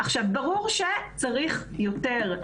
עכשיו, ברור שצריך יותר.